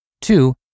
Two